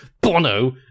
Bono